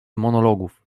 monologów